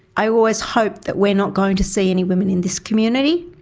i always hope that we're not going to see any women in this community.